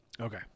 Okay